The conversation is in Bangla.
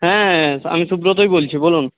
হ্যাঁ আমি সুব্রতই বলছি বলুন